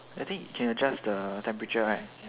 I think can adjust the temperature right